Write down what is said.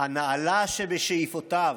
"הנעלה שבשאיפותיו"